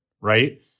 right